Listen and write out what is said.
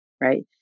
right